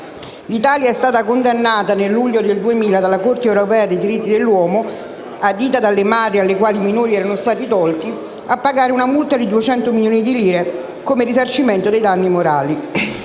l'Italia è stata condanna nel luglio 2000 dalla Corte europea dei diritti dell'uomo - adita dalle madri alle quali i minori erano stati tolti - a pagare una multa di 200 milioni di lire come risarcimento dei danni morali.